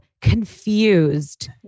confused